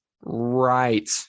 right